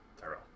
Tyrell